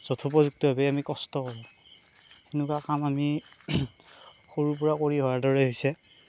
যথোপযুক্তভাৱে আমি কষ্ট কৰোঁ সেনেকুৱা কাম আমি সৰুৰ পৰা কৰি অহাৰ দৰেই হৈছে